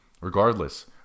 Regardless